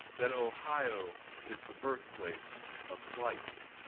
that ohio is the birthplace of flight.